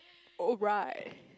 oh right